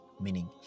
Meaning